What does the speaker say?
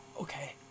Okay